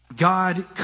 God